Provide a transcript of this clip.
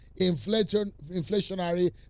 inflationary